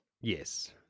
Yes